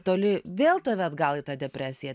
toli vėl tave atgal į tą depresiją